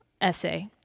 essay